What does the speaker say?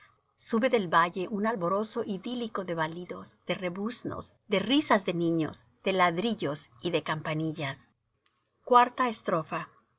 sube del valle un alborozo idílico de balidos de rebuznos de risas de niños de ladridos y de campanillas